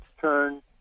turn